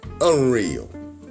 unreal